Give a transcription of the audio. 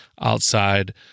outside